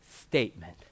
statement